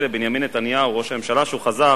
לבנימין נתניהו ראש הממשלה כשהוא חזר